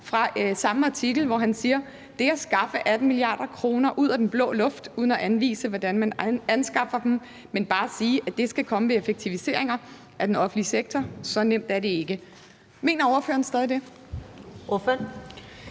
fra samme artikel, hvor han siger: »Det at skaffe 18 milliarder kroner ud af den blå luft uden at anvise, hvordan man anskaffer dem, men bare sige, at det skal komme ved at effektivisere den offentlige sektor, så nemt er det ikke«. Mener ordføreren stadig det?